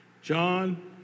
John